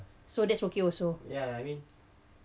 so that's okay also